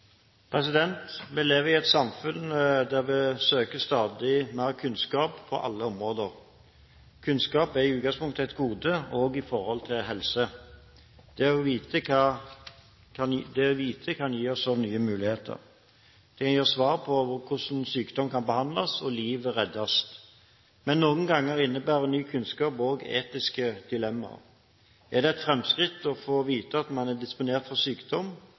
omme. Vi lever i et samfunn der vi søker stadig mer kunnskap på alle områder. Kunnskap er i utgangspunktet et gode, også når det gjelder helse. Det å vite kan gi oss nye muligheter. Det kan gi oss svar på hvordan sykdom kan behandles og liv reddes. Men noen ganger innebærer ny kunnskap også etiske dilemma. Er det et framskritt å få vite at man er disponert for sykdom